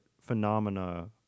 phenomena